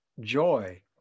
joy